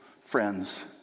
friends